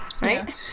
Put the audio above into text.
Right